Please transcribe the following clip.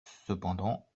cependant